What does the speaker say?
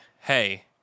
hey